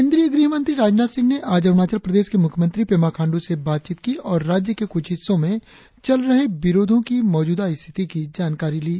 केंद्रीय गृह मंत्री राजनाथ सिंह ने आज अरुणाचल प्रदेश के मुख्यमंत्री पेमा खाण्डू से बातचीत की और राज्य के कुछ हिस्सों में चल रहे विरोधों की मौजूदा स्थिति की जानकारी ली